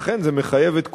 ולכן, זה מחייב את כולנו,